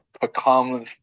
become